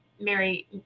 Mary